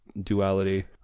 duality